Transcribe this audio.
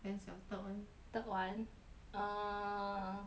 then is your third [one] third [one] err